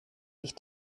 sich